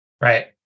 Right